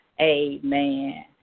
Amen